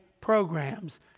programs